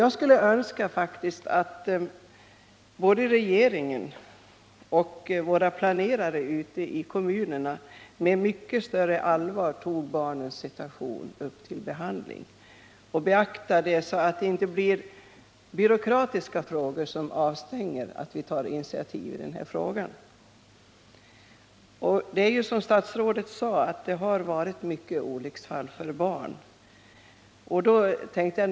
Jag skulle faktiskt önska att våra planerare ute i kommunerna och även inom regeringen med större allvar tog upp barnens utsatta situation till behandling så att inte byråkratiseringen förhindrar initiativ i denna fråga. Såsom statsrådet nämnde har många olycksfall med barn inträffat.